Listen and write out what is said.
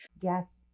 Yes